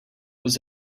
was